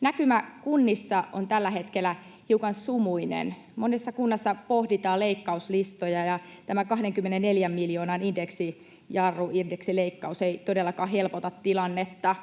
Näkymä kunnissa on tällä hetkellä hiukan sumuinen. Monessa kunnassa pohditaan leikkauslistoja, ja tämä 24 miljoonan indeksijarru, indeksileikkaus, ei todellakaan helpota tilannetta.